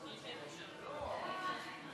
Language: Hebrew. חוק לתיקון דיני הראיות (הגנת ילדים)